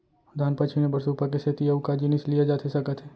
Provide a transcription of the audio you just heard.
धान पछिने बर सुपा के सेती अऊ का जिनिस लिए जाथे सकत हे?